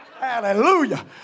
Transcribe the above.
Hallelujah